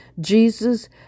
Jesus